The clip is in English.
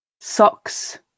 Socks